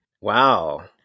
Wow